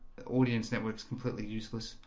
audience network is completely useless